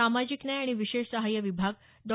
सामाजिक न्याय आणि विशेष सहाय्य विभाग डॉ